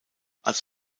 als